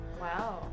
Wow